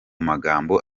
magambo